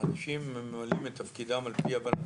האנשים ממלאים את תפקידם על פי הבנתם,